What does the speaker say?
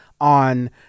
on